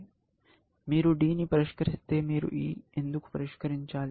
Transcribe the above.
మీరు D ని పరిష్కరిస్తే మీరు E ఎందుకు పరిష్కరించాలి